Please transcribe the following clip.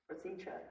procedure